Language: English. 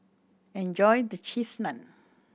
enjoy the Cheese Naan